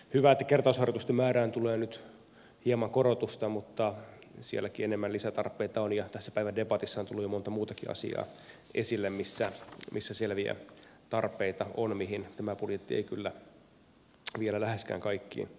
hyvä että kertausharjoitusten määrään tulee nyt hieman korotusta mutta sielläkin enemmän lisätarpeita on ja tässä päivän debatissa on tullut jo monta muutakin asiaa esille missä on selviä tarpeita mihin tämä budjetti ei kyllä vielä läheskään kaikkiin vastaa